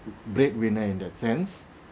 breadwinner in that sense